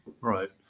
Right